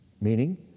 Meaning